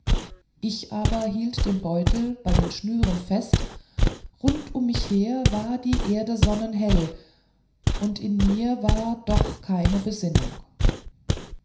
ich aber hielt den beutel bei den schnüren fest rund um mich her war die erde sonnenhell und in mir war noch keine besinnung